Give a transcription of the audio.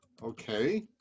Okay